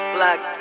Black